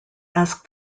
asked